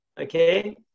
Okay